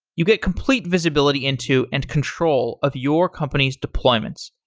you get complete visibility into and control of your company's deployments.